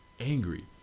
angry